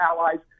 allies